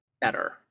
better